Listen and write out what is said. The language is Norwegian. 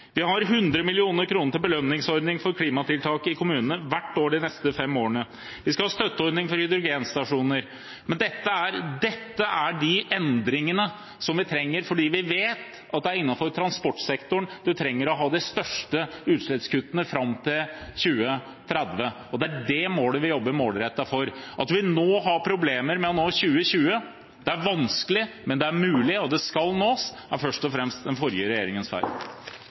Vi foreslår 100 mill. kr til en belønningsordning til klimatiltak i kommunene hvert år de neste fem årene. Vi skal ha en støtteordning for hydrogenstasjoner. Men dette er endringer som vi trenger, for vi vet at det er innenfor transportsektoren man trenger de største utslippskuttene fram til 2030. Det er det målet vi jobber målrettet mot. At vi nå har problemer med å nå målene for 2020 – det er vanskelig, men det er mulig, og det skal nås – er først og fremst den forrige regjeringens